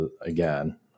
again